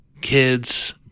kids